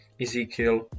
Ezekiel